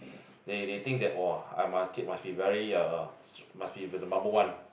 they they think that !wah! I must kid must be very uh must be to the number one